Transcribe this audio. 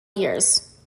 years